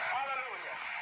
Hallelujah